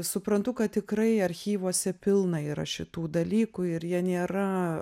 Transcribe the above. suprantu kad tikrai archyvuose pilna yra šitų dalykų ir jie nėra